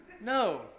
No